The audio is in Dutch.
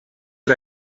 had